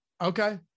Okay